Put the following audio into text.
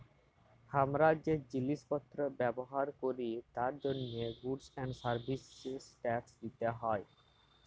হামরা যে জিলিস পত্র ব্যবহার ক্যরি তার জন্হে গুডস এন্ড সার্ভিস ট্যাক্স দিতে হ্যয়